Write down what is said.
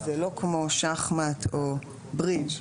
זה לא כמו שח-מט או ברידג',